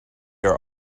are